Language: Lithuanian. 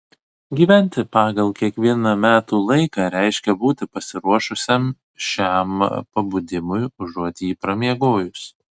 gyventi pagal kiekvieną metų laiką reiškia būti pasiruošusiam šiam pabudimui užuot jį pramiegojus